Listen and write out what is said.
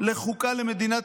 לחוקה למדינת